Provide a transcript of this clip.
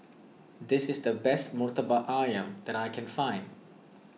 this is the best Murtabak Ayam that I can find